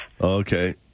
Okay